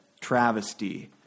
travesty